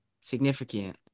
significant